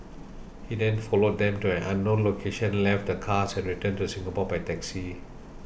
he then followed them to an unknown location left the cars and returned to Singapore by taxi